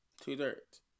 Two-thirds